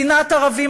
שנאת ערבים,